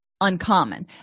uncommon